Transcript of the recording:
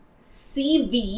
CV